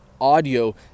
audio